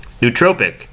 nootropic